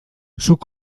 zuk